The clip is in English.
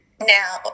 now